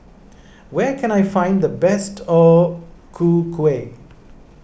where can I find the best O Ku Kueh